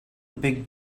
big